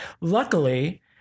Luckily